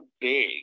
big